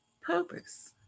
purpose